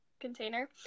container